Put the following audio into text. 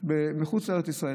ושלוש מחוץ לארץ ישראל.